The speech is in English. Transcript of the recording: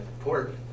port